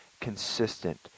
consistent